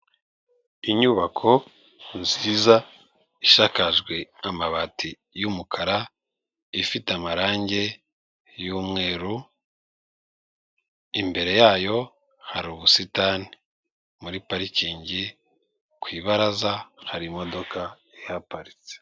Inyubako nziza isakajwe amabati y'umukara ifite amarangi y'umweru, imbere yayo hari ubusitani muri parikingi, ku ibaraza hari imodoka ihaparitse.